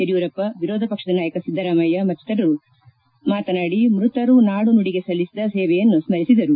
ಯಡಿಯೂರಪ್ಪ ವಿರೋಧಪಕ್ಷದ ನಾಯಕ ಸಿದ್ದರಾಮಯ್ಯ ಮತ್ತಿತರರು ಮಾತನಾಡಿ ಮೃತರು ನಾಡು ನುಡಿಗೆ ಸಲ್ಲಿಸಿದ ಸೇವೆಯನ್ನು ಸ್ಪರಿಸಿದರು